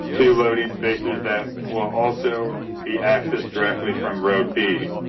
two loading spaces that will also be access directly from road b,